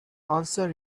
answer